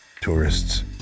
tourists